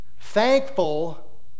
thankful